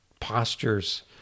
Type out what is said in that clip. postures